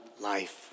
life